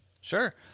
Sure